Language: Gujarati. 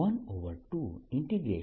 અહીં σ